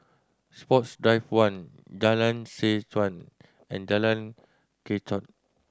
Sports Drive One Jalan Seh Chuan and Jalan Kechot